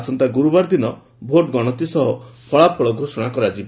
ଆସନ୍ତା ଗୁରୁବାର ଦିନ ଭୋଟ ଗଣତି ସହ ଫଳାଫଳ ଘୋଷଣା କରାଯିବ